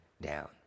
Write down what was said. down